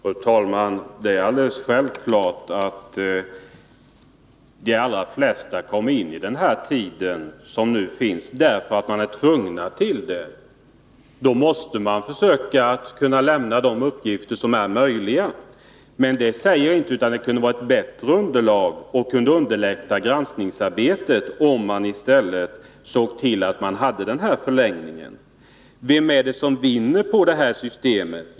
Fru talman! Det är alldeles självklart att de allra flesta lämnar in deklarationen inom den föreskrivna tiden, eftersom de är tvungna till det. Deklaranterna måste då lämna de uppgifter som är möjliga att lämna. Men det säger inte att man inte skulle få ett bättre underlag och att granskningsarbetet inte skulle underlättas, om man förlängde tiden. Vem vinner på det här systemet?